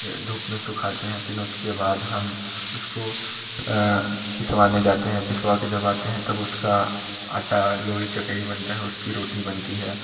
धूप में सूखाते हैं फिर ना उसके बाद हम उसको पिसवाने जाते हैं पिसवा के जब आते हैं तब उसका आटा लोई के चकले पर बनता है उसकी रोटी बनती है